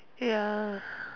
ya